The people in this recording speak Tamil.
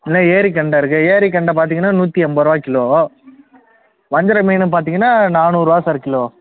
இல்லை ஏரிகெண்டை இருக்குது ஏரிகெண்டை பார்த்தீங்கன்னா நூற்றி எண்பது ரூபா கிலோ வஞ்சிர மீன் பார்த்தீங்கன்னா நானூறுரூவா சார் கிலோ